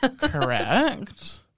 Correct